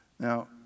Now